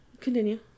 Continue